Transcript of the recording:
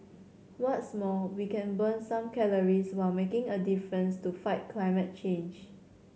what's more we can burn some calories while making a difference to fight climate change